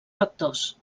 factors